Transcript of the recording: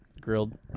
grilled